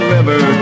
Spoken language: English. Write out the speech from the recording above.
River